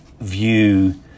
view